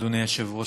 אדוני היושב-ראש,